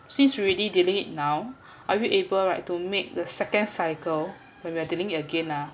since you already dealing it now are you able right to make the second cycle when we're dealing it again ah